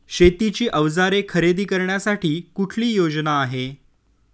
शेतीची अवजारे खरेदी करण्यासाठी कुठली योजना आहे?